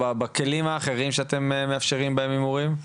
או בכלים האחרים שאתם מאפשרים בהם הימורים?